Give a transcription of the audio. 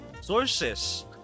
sources